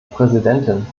präsidentin